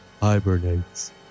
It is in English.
hibernates